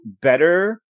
better